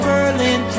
Berlin